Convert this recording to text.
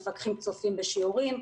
מפקחים צופים בשיעורים,